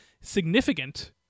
significant